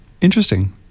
Interesting